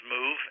move